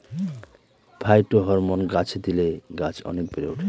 phytohormone গাছে দিলে গাছ অনেক বেড়ে ওঠে